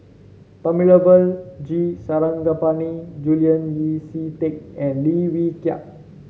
Thamizhavel G Sarangapani Julian Yeo See Teck and Lim Wee Kiak